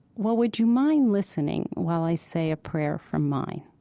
well, would you mind listening while i say a prayer from mine?